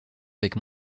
avec